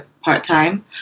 part-time